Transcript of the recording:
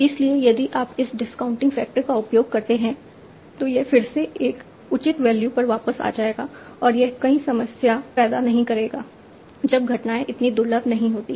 इसलिए यदि आप इस डिस्काउंटिंग फैक्टर का उपयोग करते हैं तो यह फिर से एक उचित वैल्यू पर वापस आ जाएगा और यह कोई समस्या पैदा नहीं करेगा जब घटनाएं इतनी दुर्लभ नहीं होती हैं